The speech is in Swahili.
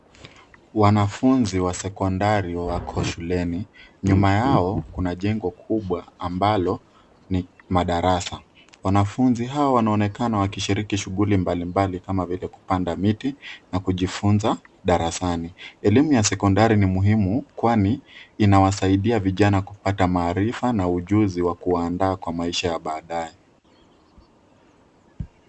Wanafunzi wa sekondari wako shuleni. Nyuma yao kuna jengo kubwa ambalo ni madarasa. Wanafunzi hawa wanaonekana wakishiriki shughuli mbalimbali kama vile kupanda miti na kijufunza darasani. Elimu ya sekondari ni muhimu kwani inawasaidia vijana kupata maarifa na ujuzi wa kuandaa kwa maisha ya baadaye.